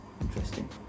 Interesting